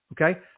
Okay